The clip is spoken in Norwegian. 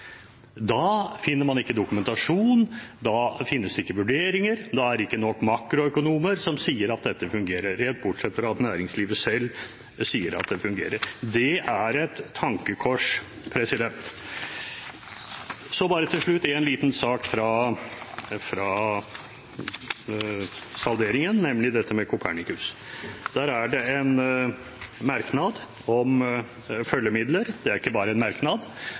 da finner man ikke dokumentasjon, da finnes det ikke vurderinger, da er det ikke nok makroøkonomer som sier at dette fungerer – rent bortsett fra at næringslivet selv sier at det fungerer. Det er et tankekors. Til slutt bare en liten sak fra salderingen, nemlig dette med Copernicus. Her er det en merknad om følgemidler. Det er ikke bare en merknad,